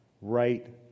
right